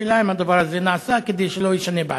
השאלה היא אם הדבר הזה נעשה כדי שלא יישנה בעתיד.